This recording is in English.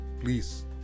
please